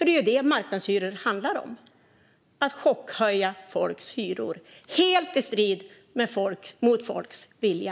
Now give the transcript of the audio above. Det är ju det marknadshyror handlar om: att chockhöja folks hyror helt i strid mot folks vilja.